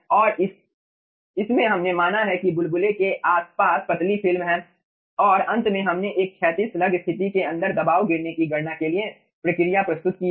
और इसमें हमने माना है कि बुलबुले के आसपास पतली फिल्म हैं और अंत में हमने एक क्षैतिज स्लग स्थिति के अंदर दबाव गिरने की गणना के लिए प्रक्रिया प्रस्तुत की है